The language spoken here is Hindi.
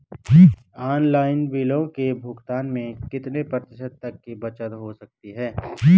ऑनलाइन बिलों के भुगतान में कितने प्रतिशत तक की बचत हो सकती है?